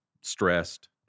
stressed